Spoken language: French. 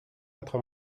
quatre